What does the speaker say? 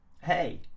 Hey